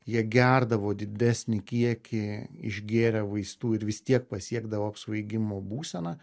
jie gerdavo didesnį kiekį išgėrę vaistų ir vis tiek pasiekdavo apsvaigimo būseną